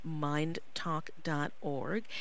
mindtalk.org